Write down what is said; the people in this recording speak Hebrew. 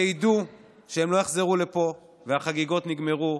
שידעו שהם לא יחזרו לפה והחגיגות נגמרו.